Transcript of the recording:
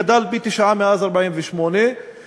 גדל פי-תשעה מאז 1948,